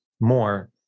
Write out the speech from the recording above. more